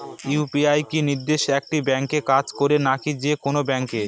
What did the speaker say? UPI কি নির্দিষ্ট একটি ব্যাংকে কাজ করে নাকি যে কোনো ব্যাংকে?